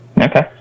Okay